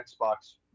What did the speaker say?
Xbox